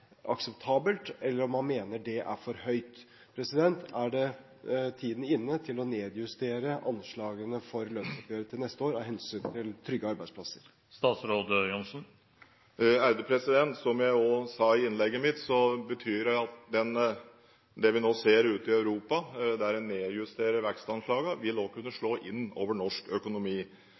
akseptabelt, eller om man mener det er for høyt. Er tiden inne til å nedjustere anslagene for lønnsoppgjøret til neste år av hensyn til trygge arbeidsplasser? Som jeg også sa i innlegget mitt, vil det vi nå ser ute i Europa, der en nedjusterer vekstanslagene, også kunne slå inn over norsk økonomi.